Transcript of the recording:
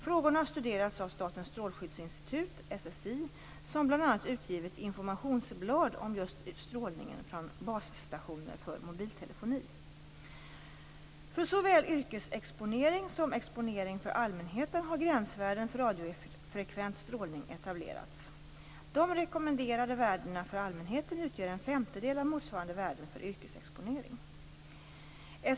Frågorna har studerats av Statens strålskyddsinstitut, SSI, som bl.a. utgivit informationsblad om just strålningen från basstationer för mobiltelefoni. För såväl yrkesexponering som exponering för allmänheten har gränsvärden för radiofrekvent strålning etablerats. De rekommenderade värdena för allmänheten utgör en femtedel av motsvarande värden för yrkesexponering.